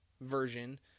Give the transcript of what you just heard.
version